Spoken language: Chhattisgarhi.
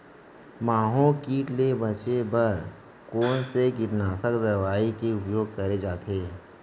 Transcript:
माहो किट ले बचे बर कोन से कीटनाशक दवई के उपयोग करे जाथे?